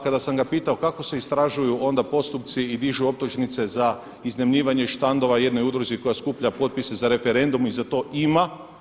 Kada sam ga pitao kako se istražuju onda postupci i dižu optužnice za iznajmljivanje štandova jednoj udruzi koja skuplja potpise za referendum i za to ima.